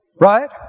right